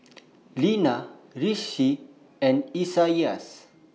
Linna Rishi and Isaias